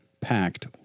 packed